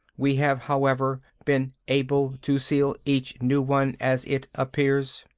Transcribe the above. we have, however, been able to seal each new one as it appears.